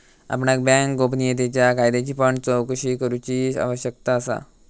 आपणाक बँक गोपनीयतेच्या कायद्याची पण चोकशी करूची आवश्यकता असा